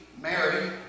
Mary